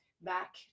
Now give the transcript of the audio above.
back